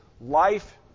life